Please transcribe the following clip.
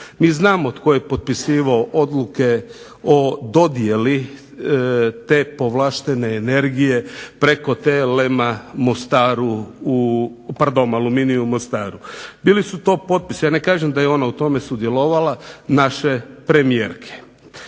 MI znamo tko je potpisivao odluke o dodjeli te povlaštene energije, preko TLM-a Aluminij u Mostaru, bili su to potpisi, ja ne kažem da je ona u tome sudjelovala naše premijerke.